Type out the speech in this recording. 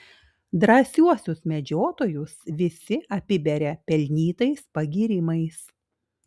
drąsiuosius medžiotojus visi apiberia pelnytais pagyrimais